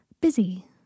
busy